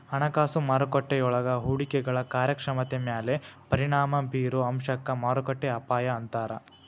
ಹಣಕಾಸು ಮಾರುಕಟ್ಟೆಯೊಳಗ ಹೂಡಿಕೆಗಳ ಕಾರ್ಯಕ್ಷಮತೆ ಮ್ಯಾಲೆ ಪರಿಣಾಮ ಬಿರೊ ಅಂಶಕ್ಕ ಮಾರುಕಟ್ಟೆ ಅಪಾಯ ಅಂತಾರ